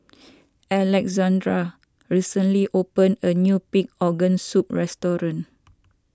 Alexandr recently opened a new Pig Organ Soup restaurant